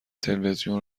تلویزیون